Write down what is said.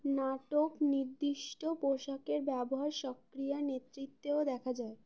নাটক নির্দিষ্ট পোশাকের ব্যবহার সক্রিয় নেতৃত্বেও দেখা যায়